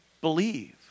believe